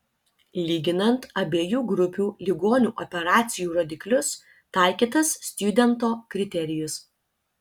lyginant abiejų grupių ligonių operacijų rodiklius taikytas stjudento kriterijus